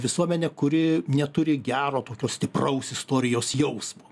visuomenė kuri neturi gero tokio stipraus istorijos jausmo